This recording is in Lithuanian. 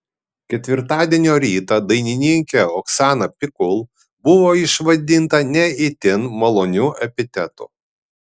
ketvirtadienio rytą dainininkė oksana pikul buvo išvadinta ne itin maloniu epitetu